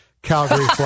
Calgary